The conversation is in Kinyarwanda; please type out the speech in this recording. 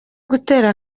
gutera